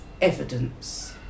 evidence